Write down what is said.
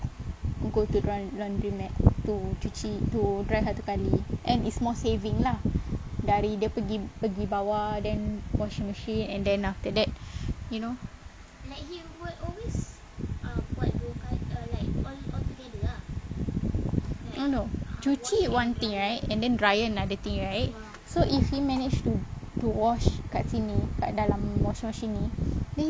go to laun~ laundry mat to cuci to dry satu kali and is more saving lah dari dia pergi pergi bawah then washing machine and then after that you know oh no cuci is one thing right and then dryer another thing right so if he manage to to wash kat sini kat dalam washing machine ni